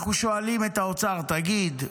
אנחנו שואלים את האוצר: תגיד,